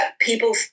people